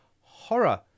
horror